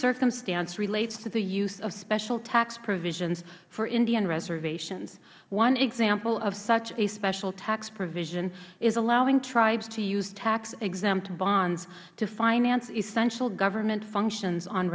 circumstance relates to the use of special tax provisions for indian reservations one example of such a special tax provision is allowing tribes to use taxexempt bonds to finance essential government functions on